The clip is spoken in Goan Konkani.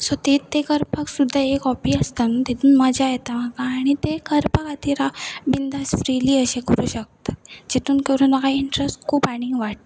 सो ते ते करपाक सुद्दा एक हॉबी आसता न्ह तितून मजा येता म्हाका आनी ते करपा खातीर हांव बिंदास फ्रिली अशें करूं शकता जितून करून म्हाका इंट्रस्ट खूब आनीक वाडटा